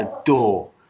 adore